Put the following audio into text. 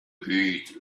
heat